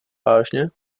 vážně